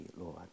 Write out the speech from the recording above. Lord